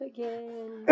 Again